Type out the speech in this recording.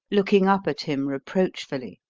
looking up at him reproachfully,